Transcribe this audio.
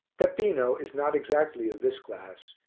peppino is not exactly of this class,